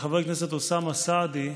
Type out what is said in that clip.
חבר הכנסת אוסאמה סעדי,